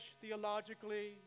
theologically